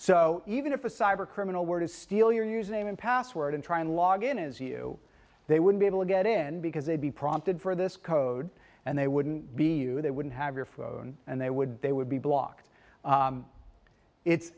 so even if a cyber criminal were to steal your username and password and try and log in as you they would be able to get in because they'd be prompted for this code and they wouldn't be you they wouldn't have your phone and they would they would be blocked